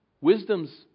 wisdom's